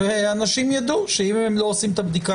אז אנשים ידעו שאם הם לא עושים את הבדיקה